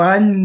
One